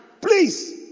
Please